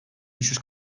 düşüş